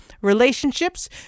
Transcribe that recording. relationships